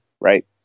right